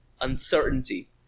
uncertainty